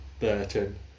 Burton